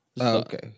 okay